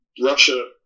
Russia